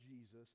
Jesus